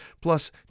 Plus